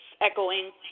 echoing